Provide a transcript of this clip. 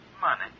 Money